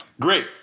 Great